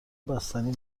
بستنی